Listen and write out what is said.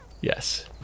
Yes